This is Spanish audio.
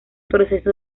proceso